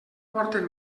porten